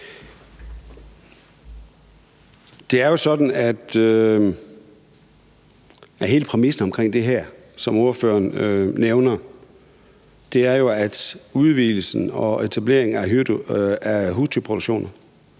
Det er jo sådan, at hele præmissen omkring det her, som ordføreren nævner, er, at udvidelsen og etableringen af husdyrproduktioner